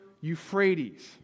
Euphrates